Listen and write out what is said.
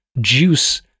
juice